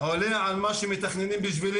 אבל אין על מה כאשר מתכננים בשבילי.